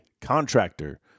Contractor